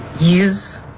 Use